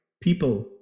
people